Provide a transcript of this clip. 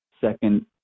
second